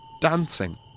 dancing